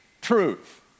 truth